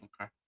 Okay